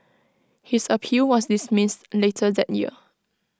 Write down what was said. his appeal was dismissed later that year